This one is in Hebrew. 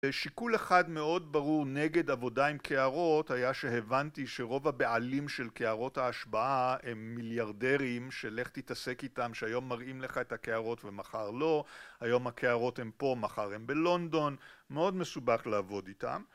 שיקול אחד מאוד ברור נגד עבודה עם קערות היה שהבנתי שרוב הבעלים של קערות ההשבעה הם מיליארדרים שלך תתעסק איתם, שהיום מראים לך את הקערות ומחר לא, היום הקערות הם פה, מחר הם בלונדון. מאוד מסובך לעבוד איתם